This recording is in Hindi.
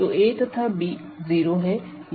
तो a तथा b 0 है